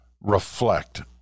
reflect